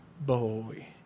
boy